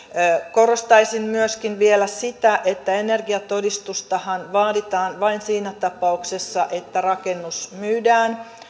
korostaisin vielä myöskin sitä että energiatodistustahan vaaditaan vain siinä tapauksessa että rakennus myydään